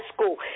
school